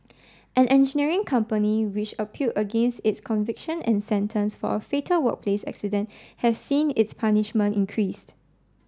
an engineering company which appeal against its conviction and sentence for a fatal workplace accident has seen its punishment increased